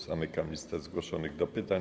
Zamykam listę zgłoszonych do pytań.